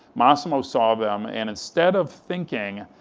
massimo saw them, and instead of thinking,